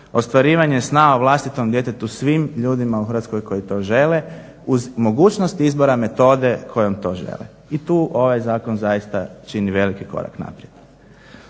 ostvarivanje sna o vlastitom djetetu svim ljudima koji to žele uz mogućnost izbora metode kojom to žele. I tu ovaj zakon zaista čini veliki korak naprijed.